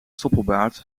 stoppelbaard